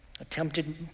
attempted